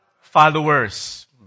followers